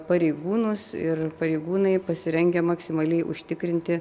pareigūnus ir pareigūnai pasirengę maksimaliai užtikrinti